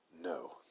No